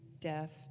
death